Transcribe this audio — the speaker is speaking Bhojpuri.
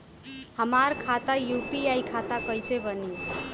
हमार खाता यू.पी.आई खाता कईसे बनी?